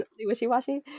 wishy-washy